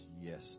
yes